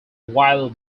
while